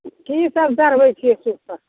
की सभ चढ़बैत छियै से कहि